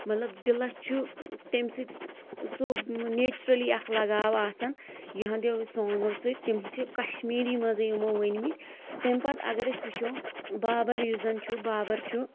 مطلب دِلَس چھُ تٔمۍ سۭتۍ سُہ نٮ۪چرٕلی اَکھ لگاو آسان یِہٕنٛدیٚو سانٛگَو سۭتۍ تِم چھِ کَشمیٖری منٛزٕے یِمَو ؤنۍ مٕتۍ تٔمۍ پَتہٕ اگر أسۍ وٕچھَو بابَر یُس زَنہٕ چھُ بابَر چھُ